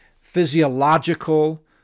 physiological